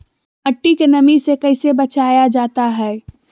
मट्टी के नमी से कैसे बचाया जाता हैं?